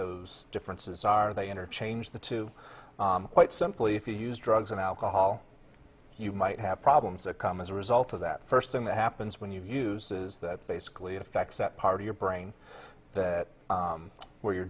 those differences are they interchange the two quite simply if you use drugs and alcohol you might have problems a calm as a result of that first thing that happens when you use is that basically it affects that part of your brain that wear your